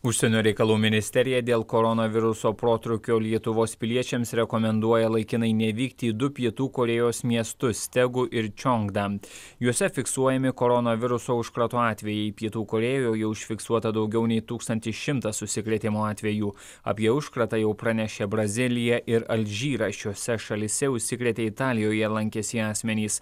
užsienio reikalų ministerija dėl koronaviruso protrūkio lietuvos piliečiams rekomenduoja laikinai nevykti į du pietų korėjos miestus tegu ir čiongdam jose fiksuojami koronaviruso užkrato atvejai pietų korėjoje užfiksuota daugiau nei tūkstantis šimtas užsikrėtimo atvejų apie užkratą jau pranešė brazilija ir alžyras šiose šalyse užsikrėtė italijoje lankęsi asmenys